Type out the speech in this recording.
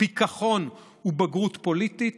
פיקחון ובגרות פוליטית.